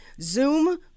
Zoom